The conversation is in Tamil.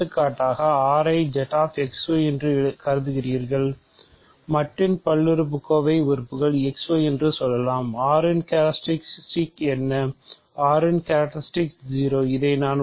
எடுத்துக்காட்டாக நீங்கள் R ஐ ZXY என்று கருதுகிறீர்கள் மட்டின் பல்லுறுப்புக்கோவை உறுப்புகள் X Y என்று சொல்லலாம்